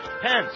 pens